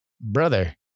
Brother